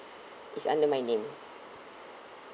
is under my name